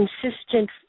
consistent